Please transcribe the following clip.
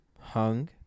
Hung